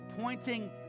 Pointing